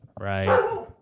right